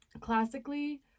classically